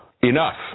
enough